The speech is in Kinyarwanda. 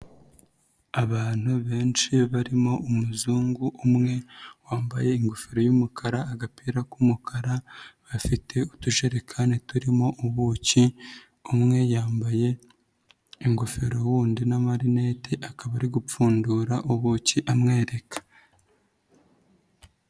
Abantu benshi barimo umuzungu umwe wambaye ingofero y'umukara, agapira k'umukara, afite utujerekani turimo ubuki, umwe yambaye ingofero wundi n'amarinete, akaba ari gupfundura ubuki amwereka.